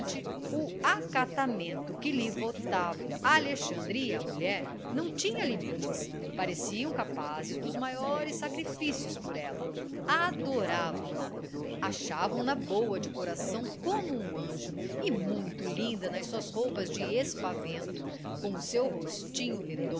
acatamento que lhe votavam alexandre e a mulher não tinha limites pareciam capazes dos maiores sacrifícios por ela adoravam-na achavam na boa de coração como um anjo e muito linda nas suas roupas de espavento com o seu rostinho